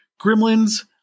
gremlins